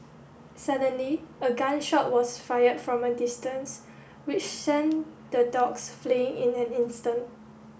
suddenly a gun shot was fired from a distance which sent the dogs fleeing in an instant